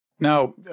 Now